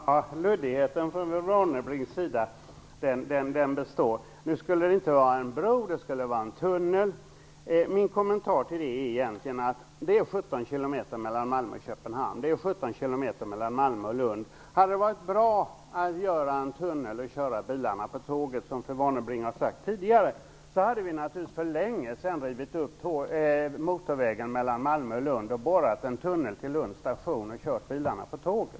Herr talman! Luddigheten från fru Warnerbrings sida består. Nu skulle det inte vara en bro utan en tunnel. Min kommentar till det är att det är 17 km mellan Malmö och Köpenhamn och 17 km mellan Malmö och Lund. Om det hade varit bra att göra en tunnel och köra bilarna på tåget, som fru Warnerbring har sagt tidigare, hade vi naturligtvis för länge sedan rivit upp motorvägen mellan Malmö och Lund, borrat en tunnel till Lunds station och kört bilarna på tåget.